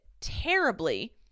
terribly